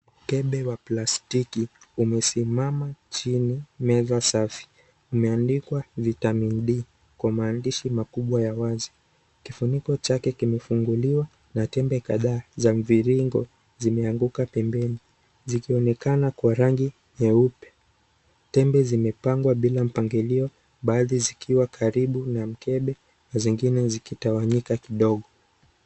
Mkepe wa plastiki, umesimama chini ,meza safi. Umeandikwa vitamin D ,kwa mandishi makubwa ya wazi. Kifuniko chake kimefunguliwa, na tembe kadhaa za mviringo zimeanguka pembeni. Zikionekana kwa rangi nyeupe. Tembe zimepangwa bila mpangilio, baadhi zikiwa karibu na mikepe na zingine zikitawanyika kidogo.